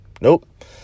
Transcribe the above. Nope